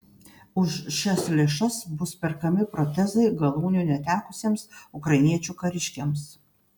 už šias lėšas bus perkami protezai galūnių netekusiems ukrainiečių kariškiams